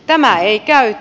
tämä ei käy